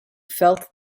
felt